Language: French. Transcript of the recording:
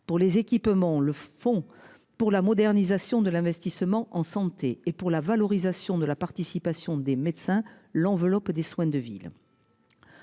pour les équipements, le Fonds pour la modernisation de l'investissement en santé et pour la valorisation de la participation des médecins l'enveloppe des soins de ville.